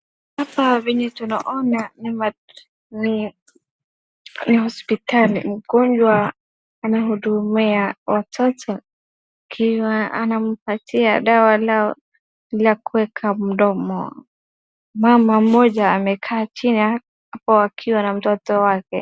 Hapa venye tunaona ni hospitali. Mgonjwa anahudumia watoto akiwa anampatia dawa lao la kuweka mdomo. Mama mmoja amekaa chini hapo akiwa na mtoto wake.